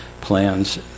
plans